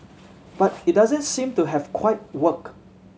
but it doesn't seem to have quite worked